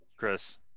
Chris